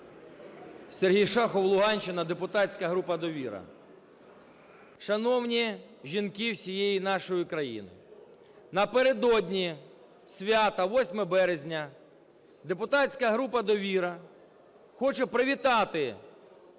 Сергій Шахов, Луганщина депутатська група "Довіра". Шановні жінки всієї нашої країни! Напередодні свята 8 березня депутатська група "Довіра" хоче привітати